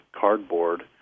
cardboard